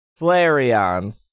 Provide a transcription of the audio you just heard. Flareon